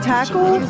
Tackle